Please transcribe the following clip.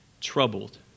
Troubled